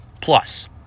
plus